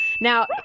Now